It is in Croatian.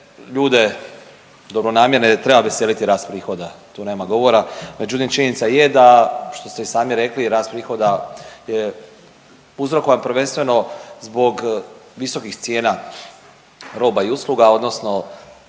ljude dobronamjerne treba veseliti rast prihoda, tu nema govora, međutim činjenica je da što ste i sami rekli rast prihoda je uzrokovan prvenstveno zbog visokih cijena roba i usluga odnosno